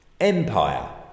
Empire